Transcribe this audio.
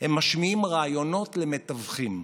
הם משמיעים רעיונות למתווכים: